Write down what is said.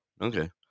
Okay